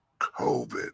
COVID